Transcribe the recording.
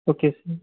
okay sir